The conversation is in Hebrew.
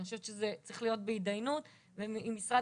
אני חושבת שזה צריך להיות בהתדיינות ואם למשרד